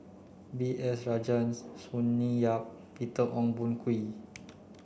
B S Rajhans Sonny Yap Peter Ong Boon Kwee